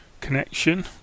connection